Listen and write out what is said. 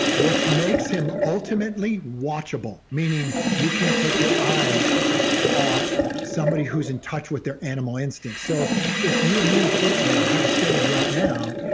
which makes him ultimately watchable. meaning you can't take your eyes off somebody who's in touch with their animal instincts. so if if you and me ah had a stage right now,